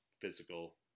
physical